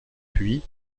puis